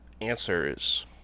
answers